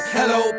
hello